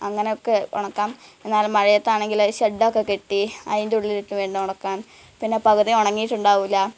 അങ്ങനെയൊക്കെ ഉണക്കാം എന്നാൽ മഴയത്താണെങ്കിൽ ഷെഡ് ഒക്കെ കെട്ടി അതിന്റെ ഉള്ളിലിട്ട് വേണം ഉണക്കാന് പിന്നെ പകുതി ഉണങ്ങിയിട്ടുണ്ടാവില്ല